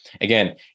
Again